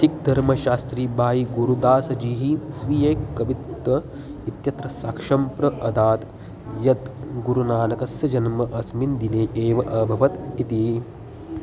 सिख् धर्मशास्त्री भायि गुरदासजिः स्वीये कबित्त् इत्यत्र साक्ष्यं प्रादात् यत् गुरुनानकस्य जन्म अस्मिन् दिने एव अभवत् इति